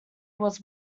was